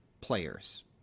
players